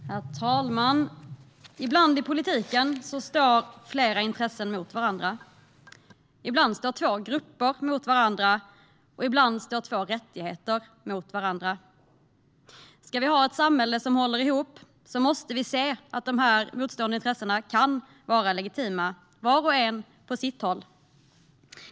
Herr talman! Ibland i politiken står flera intressen mot varandra, ibland står två grupper mot varandra och ibland står två rättigheter mot varandra. Om vi ska ha ett samhälle som håller ihop måste vi se att de motstående intressena kan vara legitima vart och ett på sitt håll.